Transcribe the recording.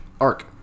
arc